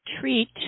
treat